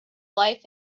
life